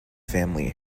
family